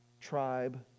tribe